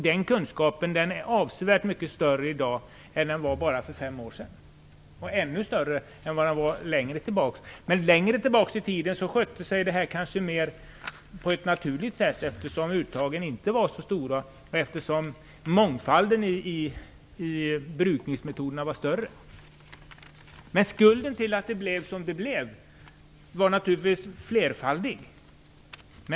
Den kunskapen är avsevärt mycket större i dag än den var bara för fem år sedan. Den är ännu större jämfört med hur den var längre tillbaka. Men längre tillbaka i tiden skötte sig detta mer på ett naturligt sätt, eftersom uttagen inte var så stora och mångfalden i brukningsmetoderna var större. Skulden till att det blev som det blev är naturligtvis flerfaldig.